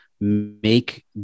make